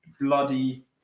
bloody